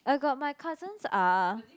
I got my cousins uh